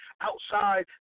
outside